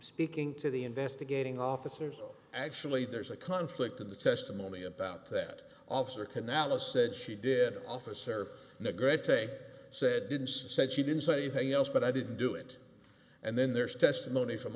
speaking to the investigating officers actually there's a conflict in the testimony about that officer canalis said she did officer not good today said didn't said she didn't say anything else but i didn't do it and then there's testimony from